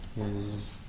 is